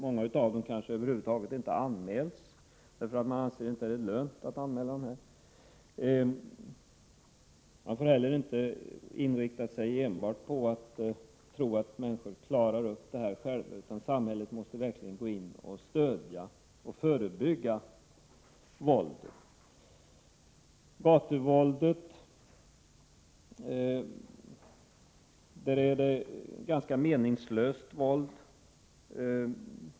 Många av brotten kanske över huvud taget inte anmäls, därför att man inte anser det lönt att anmäla dem. Men man får inte heller tro att människorna klarar upp dem själva, utan samhället måste verkligen gå in, stödja människor och förebygga våldet. Gatuvåldet är ganska meningslöst.